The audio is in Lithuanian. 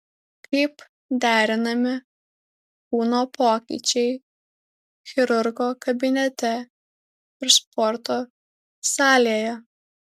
kaip derinami kūno pokyčiai chirurgo kabinete ir sporto salėje